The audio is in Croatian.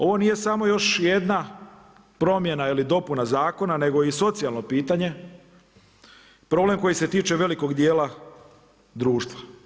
Ovo nije samo još jedna promjena ili dopuna zakona, nego i socijalno pitanje, problem koji se tiče velikog dijela društva.